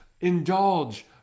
Indulge